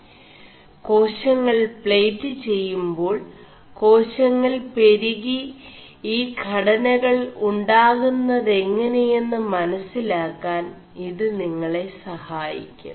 േകാശÆൾ േg് െചgേ2ാൾ േകാശÆൾ െപരുകി ഈ ഘടനകൾ ഉാകുMെതÆെനെയM് മനøിലാ ാൻ ഇത് നിÆെള സഹായി ും